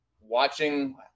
watching